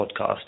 podcast